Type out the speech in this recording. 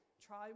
Try